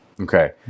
Okay